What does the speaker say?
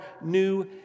new